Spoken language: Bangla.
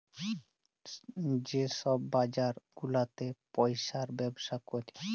যে ছব বাজার গুলাতে পইসার ব্যবসা ক্যরে